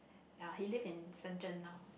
ya he live in Shenzhen now